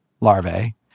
larvae